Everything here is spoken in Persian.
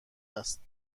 است